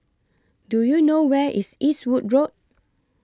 Do YOU know Where IS Eastwood Road